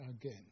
again